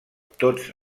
tots